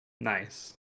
nice